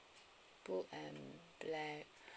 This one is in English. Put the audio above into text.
blue and black